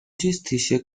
gestisce